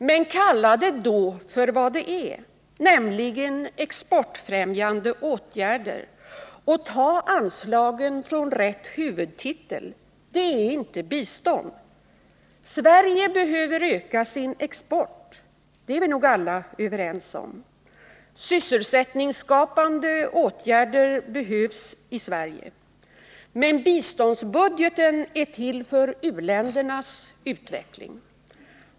Men kalla det då för vad det är, nämligen exportfrämjande åtgärder, och ta anslagen från rätt huvudtitel. Det är inte bistånd. Sverige behöver öka sin export, det är vi nog alla överens om. Sysselsättningsskapande åtgärder behövs i Sverige. Men biståndsbudgeten är till för uländernas utveckling.